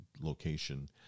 location